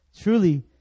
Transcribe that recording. Truly